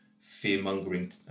fear-mongering